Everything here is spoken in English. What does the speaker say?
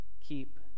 Keep